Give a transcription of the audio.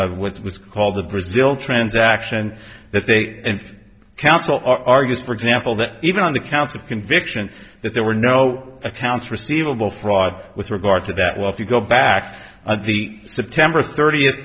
which was called the brazil transaction and that they counsel argues for example that even on the counts of conviction that there were no accounts receivable fraud with regard to that well if you go back to the september thirtieth